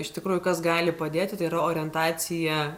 iš tikrųjų kas gali padėti tai yra orientacija